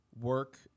work